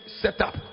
setup